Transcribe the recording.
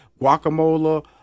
guacamole